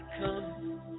come